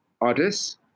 artists